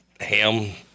ham